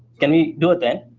can we do it then?